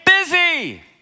busy